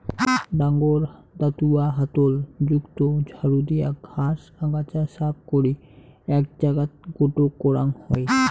ডাঙর দাতুয়া হাতল যুক্ত ঝাড়ু দিয়া ঘাস, আগাছা সাফ করি এ্যাক জাগাত গোটো করাং হই